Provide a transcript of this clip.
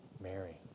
Mary